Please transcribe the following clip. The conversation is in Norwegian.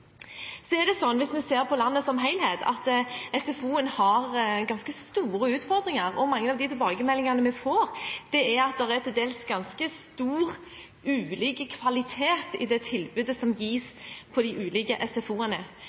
Hvis vi ser på landet som helhet, har SFO ganske store utfordringer. Og mange av tilbakemeldingene vi får, er at det er til dels ganske store forskjeller i kvaliteten på det tilbudet som gis på de ulike